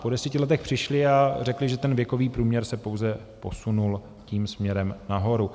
Po deseti letech přišli a řekli, že ten věkový průměr se pouze posunul tím směrem nahoru.